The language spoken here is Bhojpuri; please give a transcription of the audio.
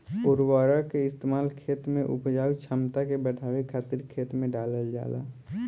उर्वरक के इस्तेमाल खेत के उपजाऊ क्षमता के बढ़ावे खातिर खेत में डालल जाला